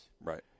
right